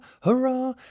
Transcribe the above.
hurrah